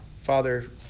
father